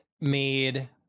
made